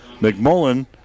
McMullen